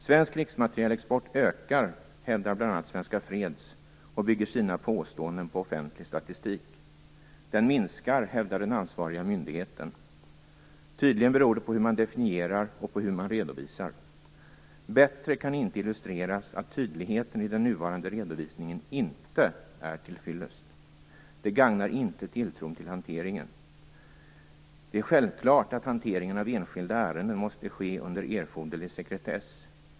Svensk krigsmaterielexport ökar, hävdar bl.a. Svenska Freds, och bygger sina påståenden på offentlig statistik. Den minskar, hävdar den ansvariga myndigheten. Tydligen beror det på hur man definierar och på hur man redovisar. Bättre kan inte illustreras att tydligheten i den nuvarande redovisningen inte är till fyllest. Det gagnar inte tilltron till hanteringen. Det är självklart att hanteringen av enskilda ärenden måste ske under erforderlig sekretess.